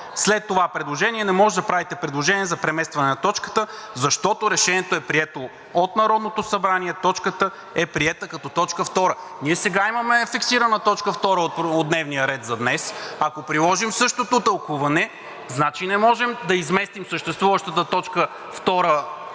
След това предложение не можете да правите предложения за преместване на точката, защото решението е прието от Народното събрание, точката е приета като точка втора. Ние сега имаме фиксирана точка втора от дневния ред за днес. Ако приложим същото тълкуване, значи не можем да изместим съществуващата точка